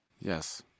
Yes